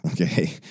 okay